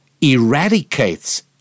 eradicates